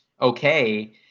okay